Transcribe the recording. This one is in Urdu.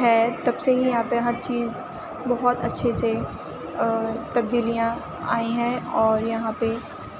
ہے تب سے ہی یہاں پہ ہر چیز بہت اچھے سے تبدیلیاں آئی ہیں اور یہاں پہ